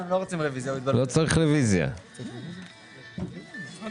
רשויות פיקוח.